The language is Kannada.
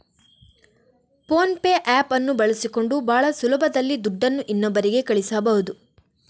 ಫೋನ್ ಪೇ ಆಪ್ ಅನ್ನು ಬಳಸಿಕೊಂಡು ಭಾಳ ಸುಲಭದಲ್ಲಿ ದುಡ್ಡನ್ನು ಇನ್ನೊಬ್ಬರಿಗೆ ಕಳಿಸಬಹುದು